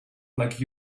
like